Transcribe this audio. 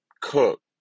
Cook